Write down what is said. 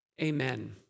amen